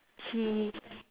he